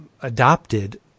adopted